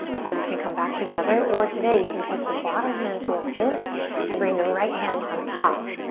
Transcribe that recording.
palms can come back together or today you can take the bottom hand to a fist and bring the right hand on top.